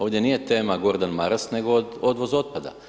Ovdje nije tema Gordan Maras, nego odvoz otpada.